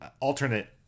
alternate